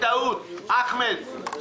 אחמד טיבי,